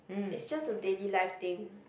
it's just a daily life thing